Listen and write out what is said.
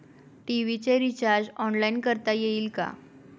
TV चे recharge online करता येईल का?